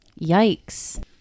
Yikes